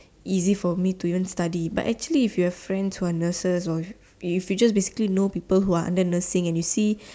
easy for me to even study but actually if you have friends who are nurses or if you just basically know people who and under nursing and you see